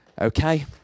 okay